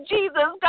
Jesus